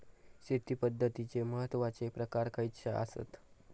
शेती पद्धतीचे महत्वाचे प्रकार खयचे आसत?